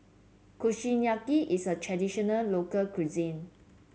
kushiyaki is a traditional local cuisine